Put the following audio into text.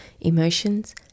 Emotions